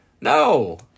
No